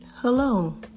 Hello